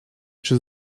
czy